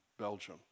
Belgium